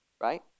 right